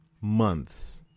Months